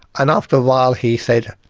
and after a while he said,